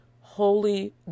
holy